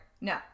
no